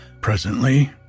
Presently